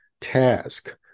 task